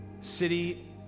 city